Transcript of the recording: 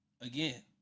Again